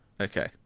Okay